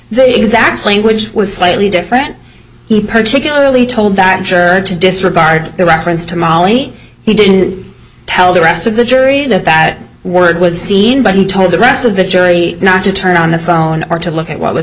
the exact language was slightly different he particularly told that to disregard the reference to molly he didn't tell the rest of the jury that that word was seen but he told the rest of the jury not to turn on the phone or to look at what w